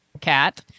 Cat